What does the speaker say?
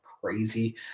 crazy